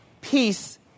Peace